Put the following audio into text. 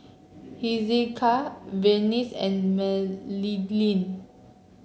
Hezekiah Vernies and Madilynn